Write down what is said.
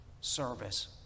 service